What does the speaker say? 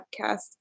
podcast